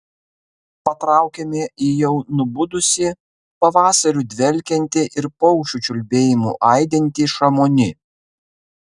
patraukėme į jau nubudusį pavasariu dvelkiantį ir paukščių čiulbėjimu aidintį šamoni